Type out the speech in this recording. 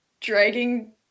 dragging